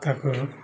ତାକୁ